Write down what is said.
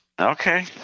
Okay